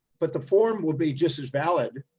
but the form will be just as valid,